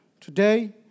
today